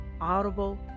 Audible